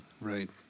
Right